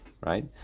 right